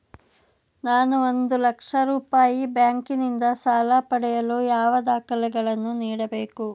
ನಾನು ಒಂದು ಲಕ್ಷ ರೂಪಾಯಿ ಬ್ಯಾಂಕಿನಿಂದ ಸಾಲ ಪಡೆಯಲು ಯಾವ ದಾಖಲೆಗಳನ್ನು ನೀಡಬೇಕು?